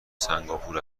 سنگاپور